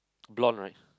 blonde right